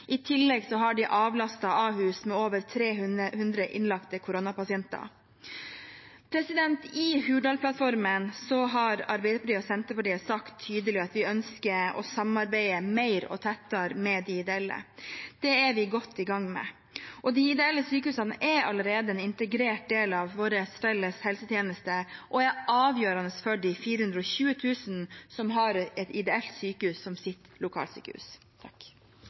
I tillegg har de avlastet Ahus med over 300 innlagt koronapasienter. I Hurdalsplattformen har Arbeiderpartiet og Senterpartiet sagt tydelig at vi ønsker å samarbeide mer og tettere med de ideelle. Det er vi godt i gang med. De ideelle sykehusene er allerede en integrert del av vår felles helsetjeneste og er avgjørende for de 420 000 som har et ideelt sykehus som sitt lokalsykehus.